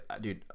dude